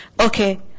Okay